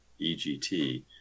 EGT